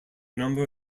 number